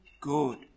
good